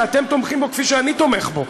שאתם תומכים בו כפי שאני תומך בו,